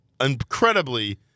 incredibly